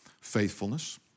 Faithfulness